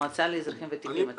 המועצה לאזרחים ותיקים.